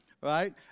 right